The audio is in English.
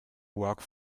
work